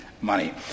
money